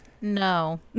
No